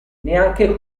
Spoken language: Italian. neanche